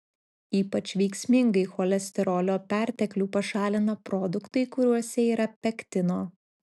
ypač veiksmingai cholesterolio perteklių pašalina produktai kuriuose yra pektino